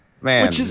man